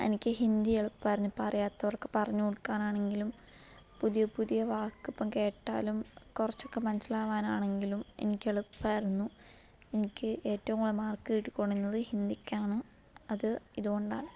എനിക്ക് ഹിന്ദി എളുപ്പമായിരുന്നു ഇപ്പോൾ അറിയാത്തവർക്ക് പറഞ്ഞ് കൊടുക്കാൻ ആണെങ്കിലും പുതിയ പുതിയ വാക്ക് ഇപ്പോൾ കേട്ടാലും കുറച്ചൊക്കെ മനസ്സിലാവാൻ ആണെങ്കിലും എനിക്ക് എളുപ്പമായിരുന്നു എനിക്ക് ഏറ്റവും കൂടുതൽ മാർക് കിട്ടി കൊണ്ടിരുന്നത് ഹിന്ധിക്കാണ് അത് ഇതുകൊണ്ടാണ്